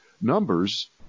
numbers